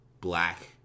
black